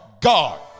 God